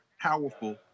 powerful